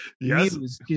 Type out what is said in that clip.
Yes